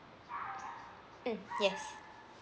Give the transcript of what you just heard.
mm yes